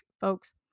folks